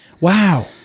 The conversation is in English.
Wow